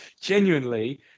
genuinely